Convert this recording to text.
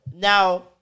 Now